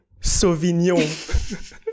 Sauvignon